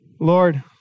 Lord